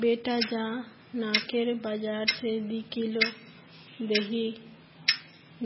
बेटा जा नाकेर बाजार स दी किलो दही